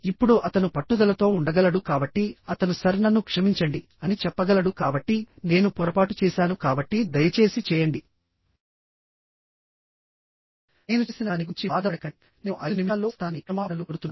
ఇప్పుడు అతను పట్టుదలతో ఉండగలడు కాబట్టి అతను సర్ నన్ను క్షమించండి అని చెప్పగలడు కాబట్టి నేను పొరపాటు చేశాను కాబట్టి దయచేసి చేయండి నేను చేసిన దాని గురించి బాధపడకండి నేను 5 నిమిషాల్లో వస్తానని క్షమాపణలు కోరుతున్నాను